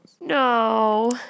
No